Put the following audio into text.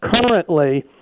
currently